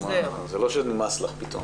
זה לא שנמאס לך פתאום.